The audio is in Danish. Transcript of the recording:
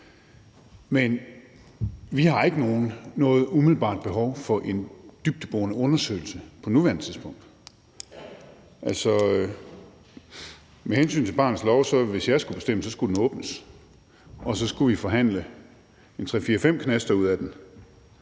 Men vi har ikke noget umiddelbart behov for en dybdeborende undersøgelse på nuværende tidspunkt. Med hensyn til barnets lov vil jeg sige, at hvis jeg skulle bestemme, skulle den